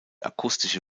akustische